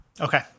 Okay